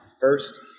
First